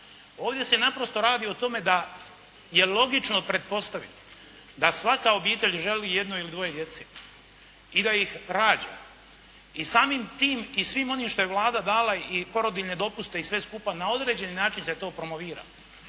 Ovdje se naprosto radi o tome da je logično pretpostaviti, da svaka obitelj želi jedno ili dvoje djece, i da ih rađa. I samim tim i svim onim što je Vlada dala i porodiljne dopuste i sve skupa, na određeni način se to promovira.